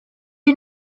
you